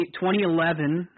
2011